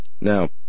Now